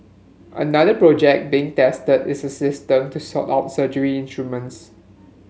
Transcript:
another project being tested is a system to sort out surgery instruments